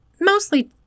mostly